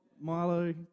Milo